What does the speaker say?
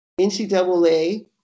NCAA